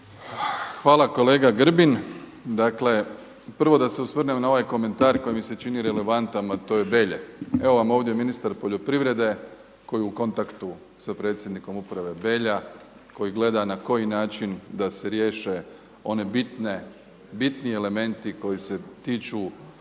Hvala kolega Grbin. Dakle, prvo sa se osvrnem na ovaj komentar koji mi se čini relevantan, a to je Belje. Evo vam ovdje ministar poljoprivrede koji je u kontaktu sa predsjednikom Uprave Belja, koji gleda na koji način da se riješe one bitne, bitni elementi koji se tiču